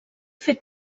fet